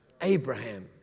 Abraham